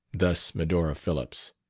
thus medora phillips.